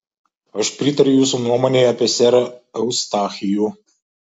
aš pritariu jūsų nuomonei apie serą eustachijų